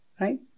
Right